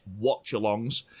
watchalongs